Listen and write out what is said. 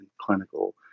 clinical